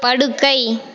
படுக்கை